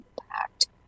impact